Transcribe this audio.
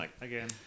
again